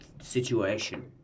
situation